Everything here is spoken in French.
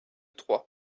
trois